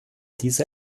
diese